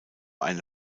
eine